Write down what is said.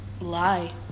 lie